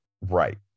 Right